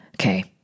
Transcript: Okay